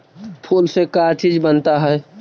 फूल से का चीज बनता है?